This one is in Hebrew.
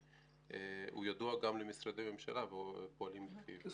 שידוע גם למשרדי הממשלה ופועלים לפיו.